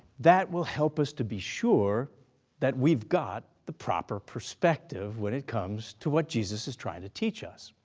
that will help us to be sure that we've got the proper perspective when it comes to what jesus is trying to teach us.